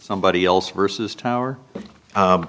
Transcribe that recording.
somebody else versus tower